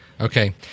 Okay